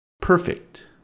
Perfect